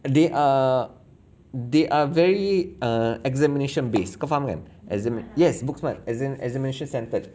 they are they are very err examination based kau faham kan exam yes book smart exam examination centered